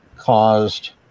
caused